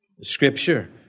Scripture